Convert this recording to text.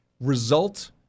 result